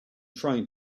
trying